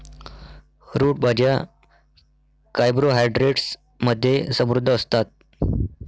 route भाज्या carbohydrates मध्ये समृद्ध असतात